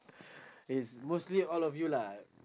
is mostly all of you lah